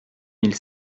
mille